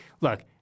look